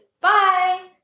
bye